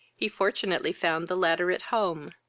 he fortunately found the latter at home,